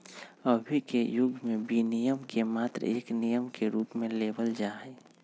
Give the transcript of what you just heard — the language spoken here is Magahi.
अभी के युग में विनियमन के मात्र एक नियम के रूप में लेवल जाहई